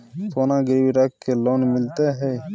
सोना गिरवी रख के लोन मिलते है?